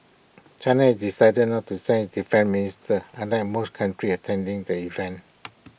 China has decided not to send its defence minister unlike most countries attending the event